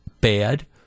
bad